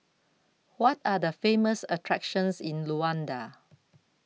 What Are The Famous attractions in Luanda